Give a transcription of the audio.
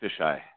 Fisheye